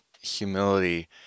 humility